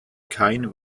kein